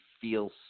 feels